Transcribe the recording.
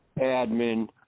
admin